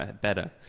better